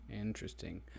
interesting